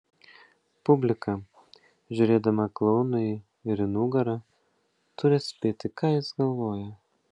publika žiūrėdama klounui ir į nugarą turi atspėti ką jis galvoja